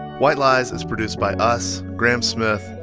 white lies is produced by us, graham smith,